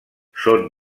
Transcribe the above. són